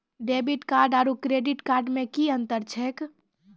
Debit card आरू credit card मे कि अन्तर छैक?